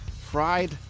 Fried